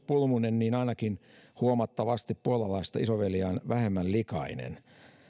pulmunen niin ainakin huomattavasti puolalaista isoveljeään vähemmän likainen